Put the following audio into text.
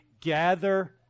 Gather